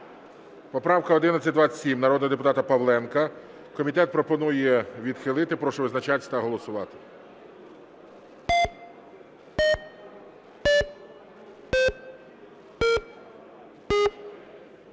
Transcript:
Поправка 1147 народного депутата Павленка. Комітет пропонує відхилити. Прошу визначатися та голосувати.